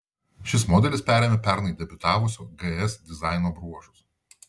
šis modelis perėmė pernai debiutavusio gs dizaino bruožus